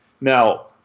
Now